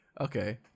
okay